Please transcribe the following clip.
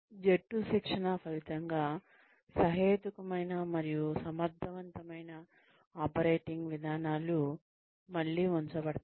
జట్టు శిక్షణ ఫలితంగా సహేతుకమైన మరియు సమర్థవంతమైన ఆపరేటింగ్ విధానాలు మళ్లీ ఉంచబడతాయి